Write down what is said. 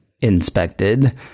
inspected